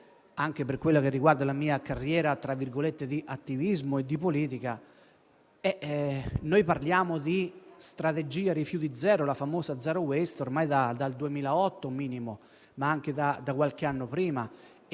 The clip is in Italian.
anche per quanto riguarda la mia carriera di attivismo e politica. Noi parliamo di strategia rifiuti zero (la famosa *zero waste*) ormai dal 2008 e forse anche da qualche anno prima.